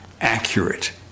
accurate